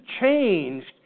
changed